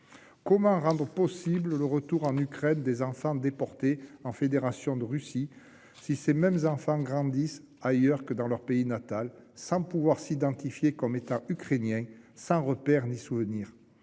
Comment rendre possible le retour en Ukraine des enfants déportés en Fédération de Russie si ces mêmes enfants grandissent ailleurs que dans leur pays natal, sans pouvoir s'identifier comme étant Ukrainiens, sans repères ni souvenirs ?